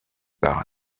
par